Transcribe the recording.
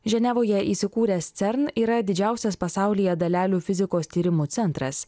ženevoje įsikūręs cern yra didžiausias pasaulyje dalelių fizikos tyrimų centras